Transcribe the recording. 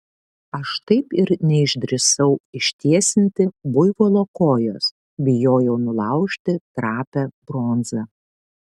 aš taip ir neišdrįsau ištiesinti buivolo kojos bijojau nulaužti trapią bronzą